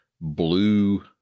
blue